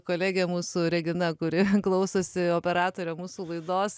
kolegė mūsų regina kuri klausosi operatorė mūsų laidos